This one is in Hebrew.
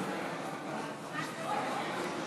אי-אפשר?